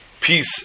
peace